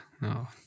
No